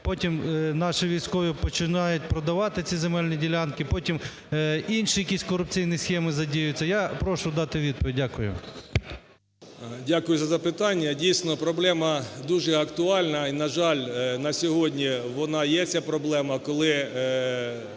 потім наші військові починають продавати ці земельні ділянки, потім інші якісь корупційні схеми задіюються. Я прошу дати відповідь. Дякую. 12:54:24 КУЛІНІЧ О.І. Дякую за запитання. Дійсно, проблема дуже актуальна, і, на жаль, на сьогодні вона є ця проблема, коли